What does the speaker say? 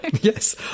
Yes